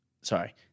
sorry